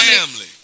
family